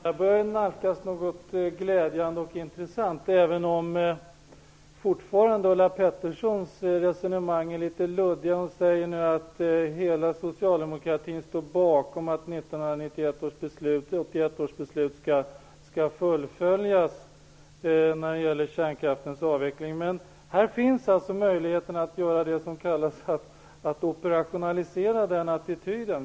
Herr talman! Vi börjar nalka oss något glädjande och intressant, även om Ulla Petterssons resonemang fortfarande är litet luddiga. Hon sade att hela socialdemokratin står bakom motionen och att 1991 års beslut skall fullföljas när det gäller kärnkraftens avveckling. Här finns alltså möjlighet att göra det som kallas för att ''operationalisera'' den attityden.